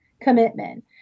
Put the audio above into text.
commitment